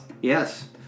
Yes